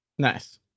Nice